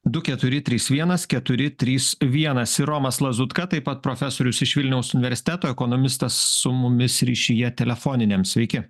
du keturi trys vienas keturi trys vienas ir romas lazutka taip pat profesorius iš vilniaus universiteto ekonomistas su mumis ryšyje telefoniniam sveiki